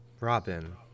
Robin